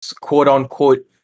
quote-unquote